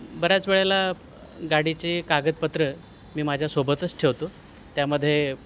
बऱ्याच वेळेला गाडीचे कागदपत्र मी माझ्यासोबतच ठेवतो त्यामध्ये